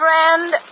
friend